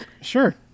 Sure